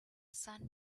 sun